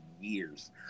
years